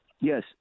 Yes